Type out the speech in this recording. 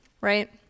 right